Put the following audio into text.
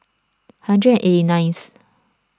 hundred eighty ninth